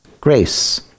grace